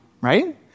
right